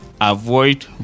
avoid